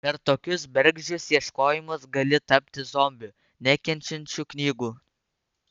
per tokius bergždžius ieškojimus gali tapti zombiu nekenčiančiu knygų